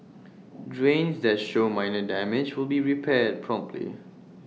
drains that show minor damage will be repaired promptly